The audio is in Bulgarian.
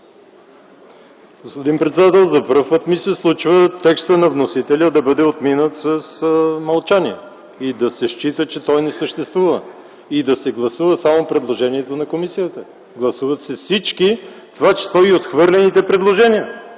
Господин председател, за пръв път ми се случва текстът на вносителя да бъде отминат с мълчание и да се счита, че той не съществува, а да се гласува само предложението на комисията. Гласуват се всички, в т.ч. и отхвърлените предложения.